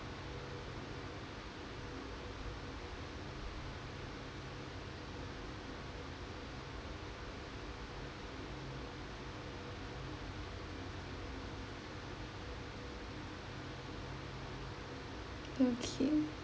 okay